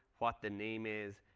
what the name is.